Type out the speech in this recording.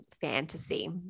fantasy